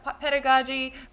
pedagogy